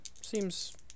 seems